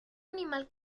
animal